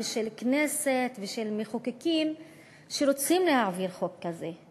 של הכנסת ושל המחוקקים שרוצים להעביר חוק כזה,